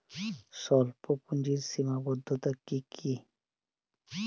স্বল্পপুঁজির সীমাবদ্ধতা কী কী?